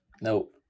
Nope